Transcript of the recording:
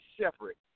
separate